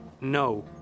no